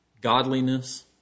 godliness